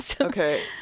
Okay